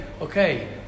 okay